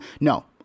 no